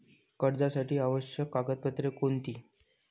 कर्जासाठी आवश्यक कागदपत्रे कोणती?